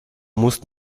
musst